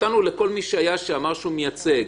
נתנו לכל מי שהיה שאמר שהוא מייצג.